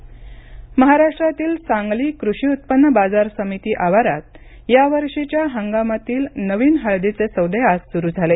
सांगली हळद महाराष्ट्रातील सांगली कृषी उत्पन्न बाजार समिती आवारात यावर्षीच्या हंगामातील नवीन हळदीचे सौदे आज सुरू झाले